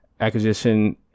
acquisition